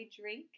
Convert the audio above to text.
drink